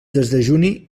desdejuni